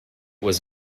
was